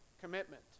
commitment